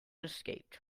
escaped